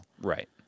Right